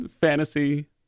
fantasy